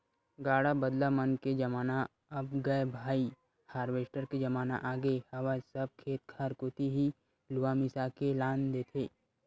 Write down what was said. गाड़ा बदला मन के जमाना अब गय भाई हारवेस्टर के जमाना आगे हवय सब खेत खार कोती ही लुवा मिसा के लान देथे